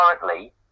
currently